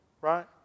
right